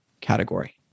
category